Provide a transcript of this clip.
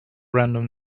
random